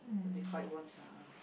but they call it worms lah ah